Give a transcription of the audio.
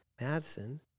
Madison